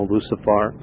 Lucifer